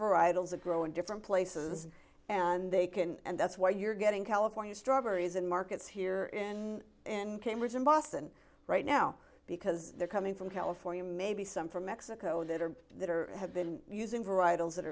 varietals of grow in different places and they can and that's why you're getting california strawberries and markets here in in cambridge in boston right now because they're coming from california maybe some from mexico that are that are have been using varietals that